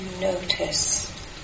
notice